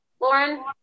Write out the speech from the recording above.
Lauren